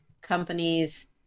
companies